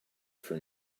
for